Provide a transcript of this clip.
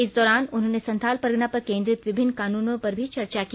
इस दौरान उन्होंने संथाल परगना पर केंद्रित विभिन्न कानूनों पर भी चर्चा की